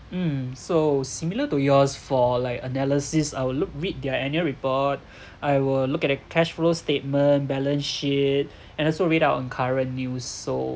mm so similar to yours for like analysis I will look read their annual report I will look at the cash flow statement balance sheet and also read up on current news so